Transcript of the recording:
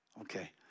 Okay